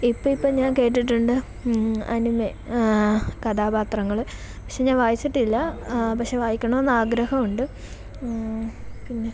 ഇപ്പം ഇപ്പം ഞാൻ കേട്ടിട്ടുണ്ട് അനിമേ കഥാപാത്രങ്ങള് പക്ഷേ ഞാൻ വായിച്ചിട്ടില്ല പക്ഷേ വായിക്കണമെന്ന് ആഗ്രഹമുണ്ട് പിന്നെ